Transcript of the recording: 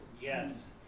Yes